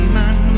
man